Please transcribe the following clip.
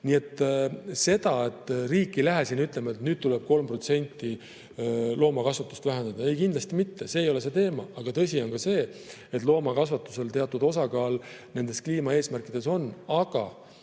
mõttes. Riik ei lähe ütlema, et nüüd tuleb 3% loomakasvatust vähendada. Kindlasti mitte, see ei ole see teema. Tõsi on ka see, et loomakasvatusel teatud osakaal kliimaeesmärkides on. Aga